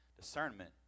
discernment